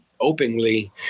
openly